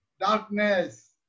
darkness